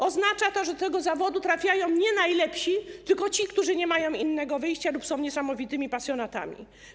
Oznacza to, że do tego zawodu trafiają nie najlepsi, tylko ci, którzy nie mają innego wyjścia lub są niesamowitymi pasjonatami.